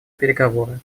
переговоры